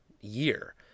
year